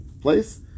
place